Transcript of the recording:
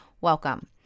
Welcome